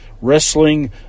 wrestling